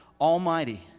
Almighty